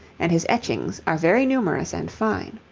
and his etchings are very numerous and fine.